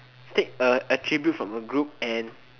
state a attribute from a group and